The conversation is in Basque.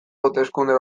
hauteskunde